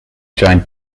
joint